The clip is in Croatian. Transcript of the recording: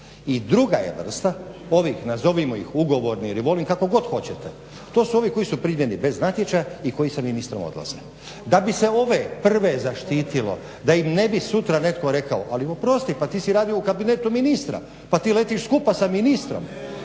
I druga je vrsta ovih nazovimo ih ugovornih revolving ili kako god hoćete, to su ovi koji su primljeni bez natječaja i koji s ministrom odlaze. Da bi se ove prve zaštitilo da im sutra ne bi netko rekao ali oprosti pa ti si radio u kabinetu ministra, pa ti letiš skupa sa ministrom,